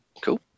Cool